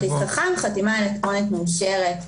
כרטיס חכם, חתימה אלקטרונית מאושרת,